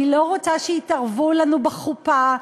אני לא רוצה שיתערבו לנו בחופה,